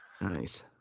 nice